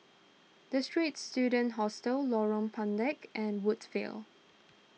the Straits Students Hostel Lorong Pendek and Woodsville